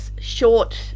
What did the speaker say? short